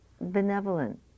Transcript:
benevolent